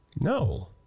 No